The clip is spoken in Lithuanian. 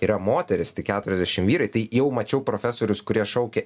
yra moterys tik keturiasdešim vyrai tai jau mačiau profesorius kurie šaukia